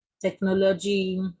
technology